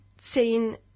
seen